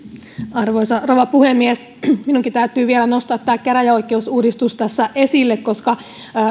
arvoisa rouva puhemies minunkin täytyy vielä nostaa käräjäoikeusuudistus tässä esille koska